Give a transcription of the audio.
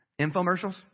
infomercials